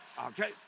Okay